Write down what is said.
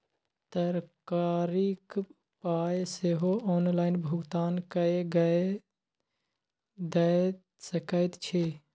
तरकारीक पाय सेहो ऑनलाइन भुगतान कए कय दए सकैत छी